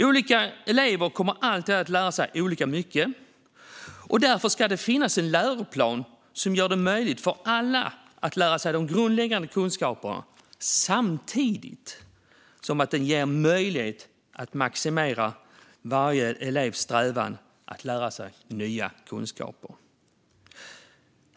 Olika elever kommer alltid att lära sig olika mycket, och därför ska det finnas en läroplan som gör det möjligt för alla att lära sig grundläggande kunskaper samtidigt som den ger möjlighet att maximera varje elevs strävan att lära sig nya kunskaper.